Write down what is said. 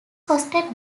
hosted